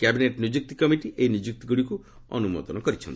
cabinet ନିଯୁକ୍ତି committee ଏହି ନିଯୁକ୍ତିଗୁଡ଼ିକୁ ଅନୁମୋଦନ କରିଛନ୍ତି